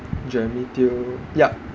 jeremy teo yup